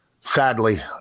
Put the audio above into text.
sadly